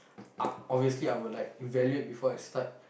ah obviously I would like evaluate before I start